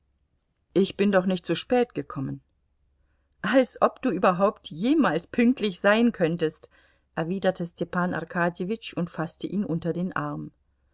ich bin doch nicht zu spät gekommen als ob du überhaupt jemals pünktlich sein könntest erwiderte stepan arkadjewitsch und faßte ihn unter den arm